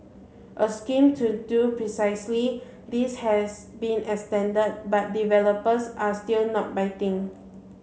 a scheme to do precisely this has been extend but developers are still not biting